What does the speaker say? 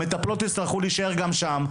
המטפלות יצטרכו להישאר גם שם,